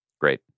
Great